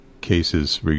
cases